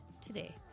today